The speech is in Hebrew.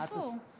איפה הוא?